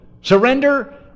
Surrender